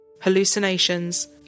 hallucinations